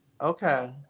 Okay